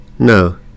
No